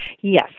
Yes